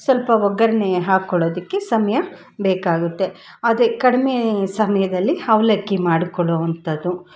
ಸ್ವಲ್ಪ ಒಗ್ಗರಣೆ ಹಾಕೊಳ್ಳೋದಕ್ಕೆ ಸಮಯ ಬೇಕಾಗುತ್ತೆ ಅದೇ ಕಡಿಮೆ ಸಮಯದಲ್ಲಿ ಅವಲಕ್ಕಿ ಮಾಡ್ಕೋಳ್ಳೋ ಅಂಥದ್ದು